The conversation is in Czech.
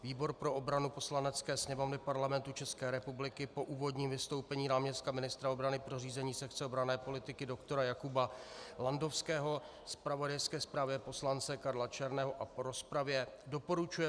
Výbor pro obranu Poslanecké sněmovny Parlamentu České republiky po úvodním vystoupení náměstka ministra obrany pro řízení sekce obranné politiky dr. Jakuba Landovského, zpravodajské zprávě poslance Karla Černého a po rozpravě doporučuje